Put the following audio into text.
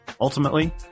Ultimately